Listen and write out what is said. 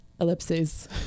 ellipses